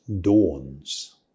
dawns